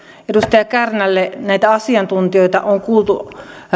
edustaja kärnälle näitä asiantuntijoita on kuultu